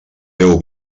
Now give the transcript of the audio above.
beu